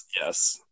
yes